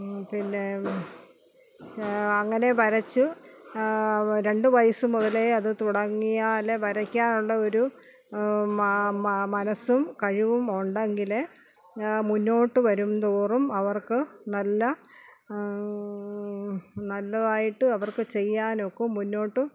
പിന്നെ അങ്ങനെ വരച്ച് രണ്ട് വയസ്സ് മുതലേ അത് തുടങ്ങിയാൽ വരയ്ക്കാനുള്ള ഒരു മനസ്സും കഴിവും ഉണ്ടെങ്കിലെ മുന്നോട്ട് വരും തോറും അവർക്ക് നല്ല നല്ലതായിട്ട് അവർക്ക് ചെയ്യാൻ ഒക്കും മുന്നോട്ട്